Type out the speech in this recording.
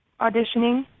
auditioning